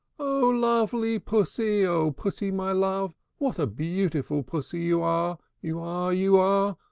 o lovely pussy, o pussy, my love, what a beautiful pussy you are, you are, you are!